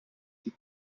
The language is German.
die